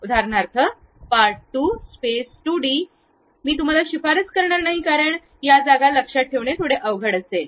उदाहरणार्थ part 2 space 2 D मी तुम्हाला शिफारस करणार नाही कारण या जागा लक्षात ठेवणे थोडे अवघड असेल